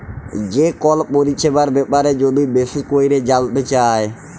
যে কল পরিছেবার ব্যাপারে যদি বেশি ক্যইরে জালতে চায়